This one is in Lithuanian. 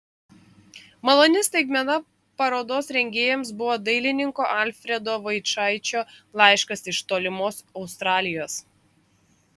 maloni staigmena parodos rengėjams buvo dailininko alfredo vaičaičio laiškas iš tolimos australijos